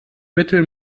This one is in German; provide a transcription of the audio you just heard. mittel